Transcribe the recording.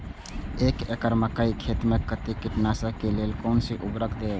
एक एकड़ मकई खेत में कते कीटनाशक के लेल कोन से उर्वरक देव?